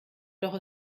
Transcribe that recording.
doch